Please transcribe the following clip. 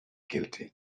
guilty